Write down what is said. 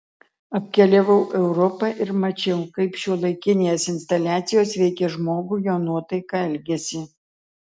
apkeliavau europą ir mačiau kaip šiuolaikinės instaliacijos veikia žmogų jo nuotaiką elgesį